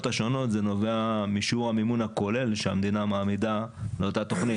השונות זה נובע משיעור המימון הכולל שהמדינה מעמידה לאותה תוכנית.